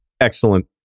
Excellent